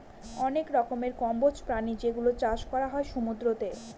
অনেক রকমের কম্বোজ প্রাণী যেগুলোর চাষ করা হয় সমুদ্রতে